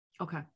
Okay